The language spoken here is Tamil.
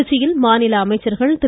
திருச்சியில் மாநில அமைச்சர்கள் திரு